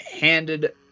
handed